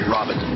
Robin